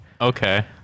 Okay